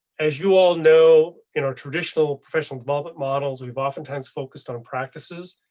as you all know, in our traditional professional development models, we've oftentimes focused on practices,